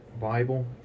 Bible